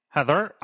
Heather